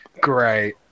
Great